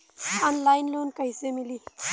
Online loan कइसे मिली?